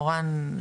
מורן,